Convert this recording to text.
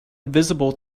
visible